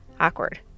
Awkward